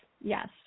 yes